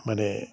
মানে